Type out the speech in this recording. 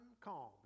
calm